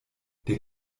der